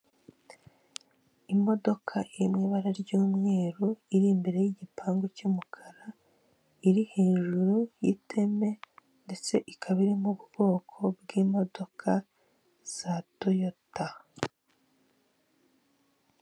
Imodoka iri mu ibara ry'umweru, iri imbere y'igipangu cy'umukara, iri hejuru y'iteme ndetse ikaba iri mu bwoko bwi'imodoka za Toyota.